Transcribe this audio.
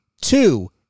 two